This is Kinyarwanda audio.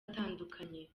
atandukanye